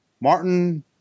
...Martin